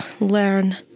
learn